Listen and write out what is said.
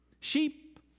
Sheep